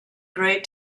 great